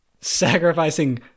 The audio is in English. sacrificing